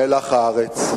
מלח הארץ,